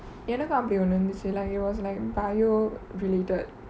எனக்கு அப்படி ஒன்னு இருந்துச்சி:yenako appadi onnu irunthuchi lah it was like bio related